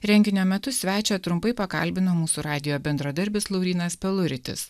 renginio metu svečią trumpai pakalbino mūsų radijo bendradarbis laurynas peluritis